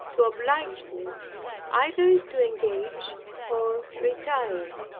to oblige me either to engage or retire.